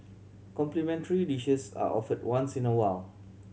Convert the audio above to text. complimentary dishes are offered once in a while